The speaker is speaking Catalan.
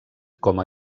com